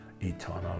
eternal